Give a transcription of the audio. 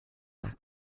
that